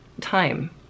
time